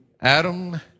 Adam